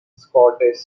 scottish